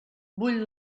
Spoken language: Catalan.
bull